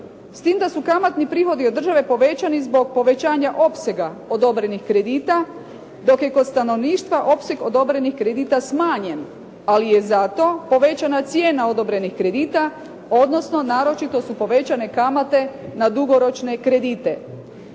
s tim da su kamatni prihodi od države povećani zbog povećanja opsega odobrenih kredita, dakle kod stanovništva opseg odobrenih kredita smanjen. Ali je zato povećana cijena odobrenih kredita, odnosno naročito su povećane kamate na dugoročne kredite.